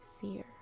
fear